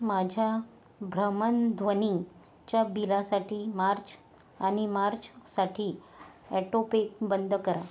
माझ्या भ्रमनध्वनीच्या बिलासाठी मार्च आणि मार्चसाठी ॲटोपे बंद करा